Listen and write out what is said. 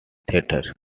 theatre